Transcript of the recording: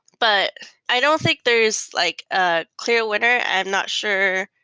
but i don't think there is like a clear winner. i'm not sure.